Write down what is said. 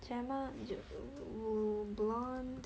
jemma blonde